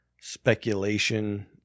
speculation